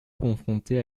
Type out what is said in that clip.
confrontées